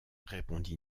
répondit